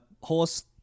horse